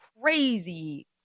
crazy